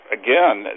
again